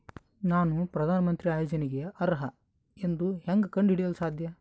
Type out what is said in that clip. ನಾನು ಪ್ರಧಾನ ಮಂತ್ರಿ ಯೋಜನೆಗೆ ಅರ್ಹ ಎಂದು ಹೆಂಗ್ ಕಂಡ ಹಿಡಿಯಲು ಸಾಧ್ಯ?